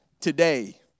today